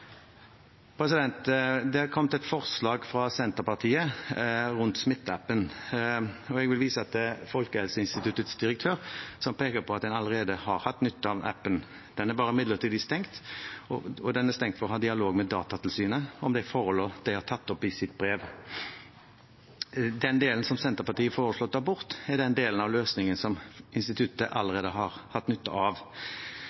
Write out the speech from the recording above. Det har kommet et forslag fra Senterpartiet rundt Smittestopp-appen, og jeg vil vise til Folkehelseinstituttets direktør, som peker på at en allerede har hatt nytte av appen. Den er bare midlertidig stengt, og den er stengt for at man skal ha dialog med Datatilsynet om de forholdene de har tatt opp i sitt brev. Den delen som Senterpartiet foreslår å ta bort, er den delen av løsningen som instituttet